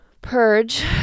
purge